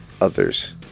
others